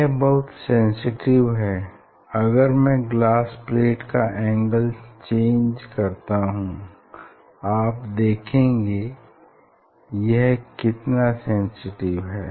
यह बहुत सेंसिटिव है अगर मैं ग्लास प्लेट का एंगल चेंज करता हूँ आप देखो यह कितना सेंसिटिव है